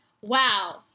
Wow